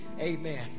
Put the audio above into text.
Amen